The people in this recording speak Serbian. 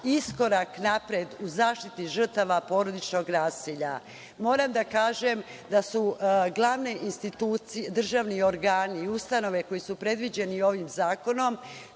iskorak napred u zaštiti žrtava porodičnog nasilja. Moram da kažem da su glavni državni organi i ustanove koji su predviđeni ovim zakonom